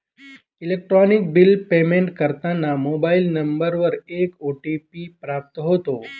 electronic bill payment करताना mobile नंबरवर एक ओ.टी.पी प्राप्त होतो